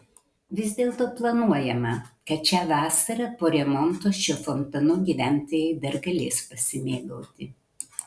vis dėlto planuojama kad šią vasarą po remonto šiuo fontanu gyventojai dar galės pasimėgauti